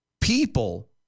People